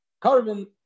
Carbon